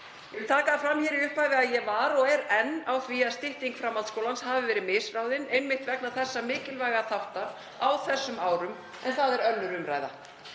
Ég vil taka það fram hér í upphafi að ég var og er enn á því að stytting framhaldsskólans hafi verið misráðin einmitt vegna þessa mikilvæga þáttar á þessum árum en það er önnur umræða.